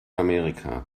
amerika